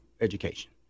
education